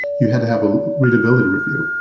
you had to have a readability review.